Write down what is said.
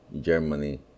Germany